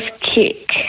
kick